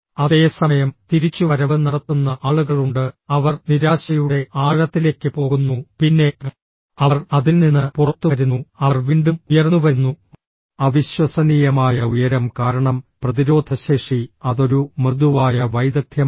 അതേസമയം തിരിച്ചുവരവ് നടത്തുന്ന ആളുകളുണ്ട് അവർ നിരാശയുടെ ആഴത്തിലേക്ക് പോകുന്നു പിന്നെ അവർ അതിൽ നിന്ന് പുറത്തുവരുന്നു അവർ വീണ്ടും ഉയർന്നുവരുന്നു അവിശ്വസനീയമായ ഉയരം കാരണം പ്രതിരോധശേഷി അതൊരു മൃദുവായ വൈദഗ്ധ്യമാണ്